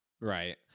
Right